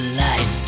light